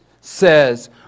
says